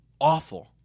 awful